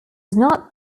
not